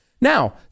Now